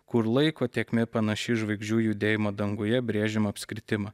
kur laiko tėkmė panaši į žvaigždžių judėjimo danguje brėžiamą apskritimą